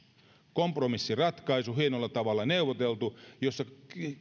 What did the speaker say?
kompromissiratkaisu hienolla tavalla neuvoteltu jossa